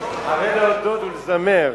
ערב ואירן, התש"ע 2010, נתקבלה.